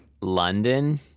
London